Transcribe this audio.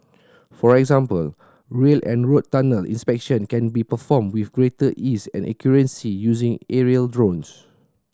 for example rail and road tunnel inspection can be performed with greater ease and accuracy using aerial drones